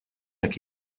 hekk